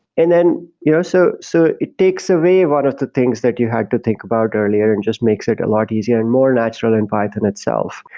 and then you know so so it takes away ah one of the things that you have to think about earlier and just makes it a lot easier and more natural in python itself.